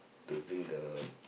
to bring the